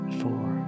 four